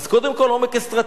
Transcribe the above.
אז קודם כול, עומק אסטרטגי.